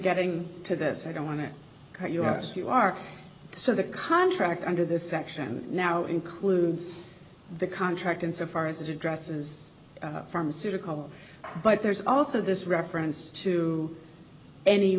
getting to this i don't want to cut you ask you are so the contract under the section now includes the contract insofar as it addresses pharmaceutical but there's also this reference to any